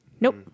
Nope